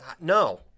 No